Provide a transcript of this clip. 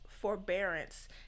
forbearance